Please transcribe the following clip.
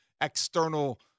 external